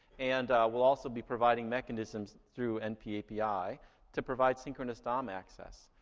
and we'll also be providing mechanisms through npapi to provide synchronous dom access.